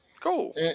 Cool